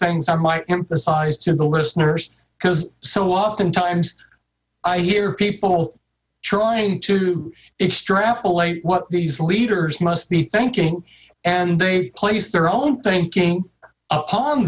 things i might emphasize to the listeners because so often times i hear people trying to extrapolate what these leaders must be thinking and they place their own thinking upon